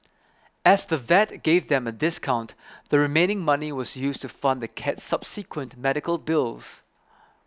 as the vet gave them a discount the remaining money was used to fund the cat's subsequent medical bills